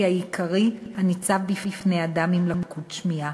העיקרי הניצב בפני האדם עם לקות שמיעה.